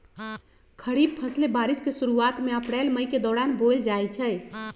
खरीफ फसलें बारिश के शुरूवात में अप्रैल मई के दौरान बोयल जाई छई